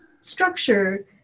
structure